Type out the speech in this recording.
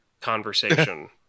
conversation